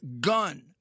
gun